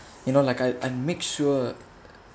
you know like I I make sure